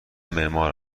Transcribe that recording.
معمار